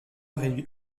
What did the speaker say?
réduit